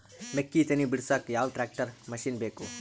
ಮೆಕ್ಕಿ ತನಿ ಬಿಡಸಕ್ ಯಾವ ಟ್ರ್ಯಾಕ್ಟರ್ ಮಶಿನ ಬೇಕು?